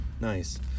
Nice